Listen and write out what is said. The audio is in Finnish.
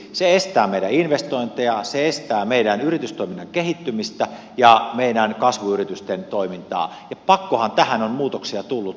se estää meidän investointejamme se estää meidän yritystoimintamme kehittymistä ja meidän kasvuyritystemme toimintaa ja pakkohan tähän on muutoksia tulla